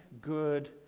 good